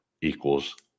equals